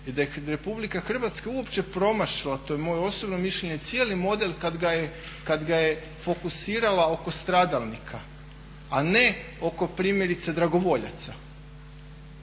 rješenje i da RH uopće promašila to je moje osobno mišljenje cijeli model kada ga je fokusirala oko stradalnika, a ne oko primjerice dragovoljaca.